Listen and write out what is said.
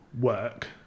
work